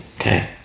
okay